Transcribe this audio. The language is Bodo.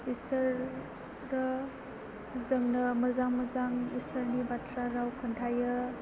बिसोरो जोंनो मोजां मोजां इसोरनि बाथ्रा राव खिन्थायो